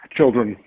Children